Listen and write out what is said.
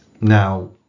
Now